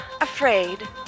afraid